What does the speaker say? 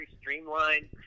streamlined